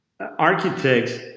architects